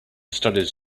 studies